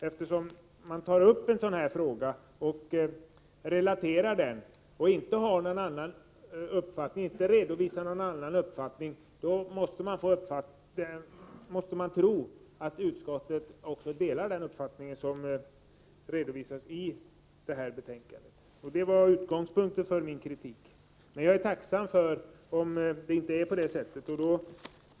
Eftersom utskottet tar upp en sådan fråga, relaterar vad som sägs och inte redovisar någon annan uppfattning, måste man tro att utskottet också delar den uppfattning som redovisas. Det var utgångspunkten för min kritik. Jag är tacksam om det inte är på detta sätt.